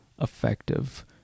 effective